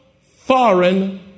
foreign